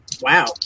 Wow